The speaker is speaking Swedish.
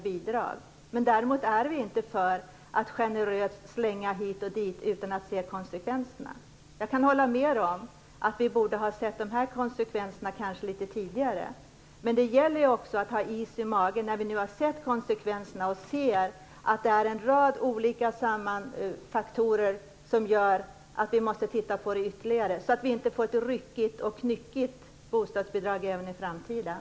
Vi är däremot inte för att generöst slänga ut medel hit och dit utan att se på konsekvenserna. Jag kan hålla med om att vi kanske borde ha sett de här konsekvenserna litet tidigare, men det gäller också att ha is i magen när vi ser dem och finner en rad olika skäl att titta ytterligare på detta. Annars kan vi få ett ryckigt och knyckigt bostadsbidrag även i framtiden.